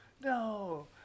no